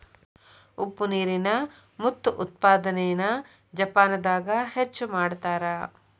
ಉಪ್ಪ ನೇರಿನ ಮುತ್ತು ಉತ್ಪಾದನೆನ ಜಪಾನದಾಗ ಹೆಚ್ಚ ಮಾಡತಾರ